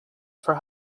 for